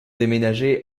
déménagé